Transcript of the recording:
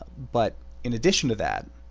but in addition to that,